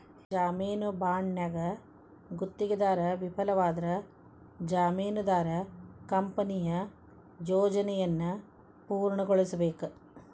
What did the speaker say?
ಜಾಮೇನು ಬಾಂಡ್ನ್ಯಾಗ ಗುತ್ತಿಗೆದಾರ ವಿಫಲವಾದ್ರ ಜಾಮೇನದಾರ ಕಂಪನಿಯ ಯೋಜನೆಯನ್ನ ಪೂರ್ಣಗೊಳಿಸಬೇಕ